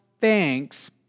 thanks